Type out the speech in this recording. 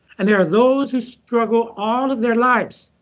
and there are those who struggle all of their lives,